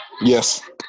Yes